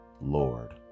Lord